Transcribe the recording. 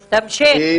הקורונה.